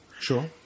Sure